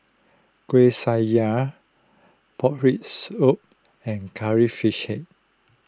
Kueh Syara Pork Rib Soup and Curry Fish Head